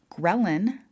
Ghrelin